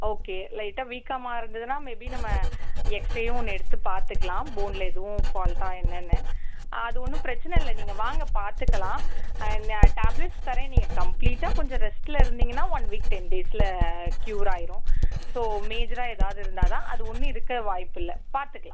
okay லைட்டாக வீக்கமாக இருந்ததுன்னா மேபி நம்ம எக்ஸ்ரேவும் ஒன்று எடுத்துப் பார்த்துக்கலாம் போனில் எதுவும் ஃபால்ட்டா என்னென்னு அது ஒன்றும் பிரச்சனை இல்லை நீங்கள் வாங்க பார்த்துக்கலாம் நான் டேப்லெட்ஸ் தரேன் நீங்கள் கம்ப்ளீட்டாக கொஞ்சம் ரெஸ்ட்டில் இருந்தீங்கன்னால் ஒன் வீக் டென் டேஸில் க்யூர் ஆயிடும் ஸோ மேஜராக ஏதாவது இருந்தால் தான் அது ஒன்றும் இருக்க வாய்ப்பு இல்லை பார்த்துக்கலாம்